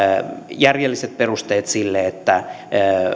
järjelliset perusteet sille että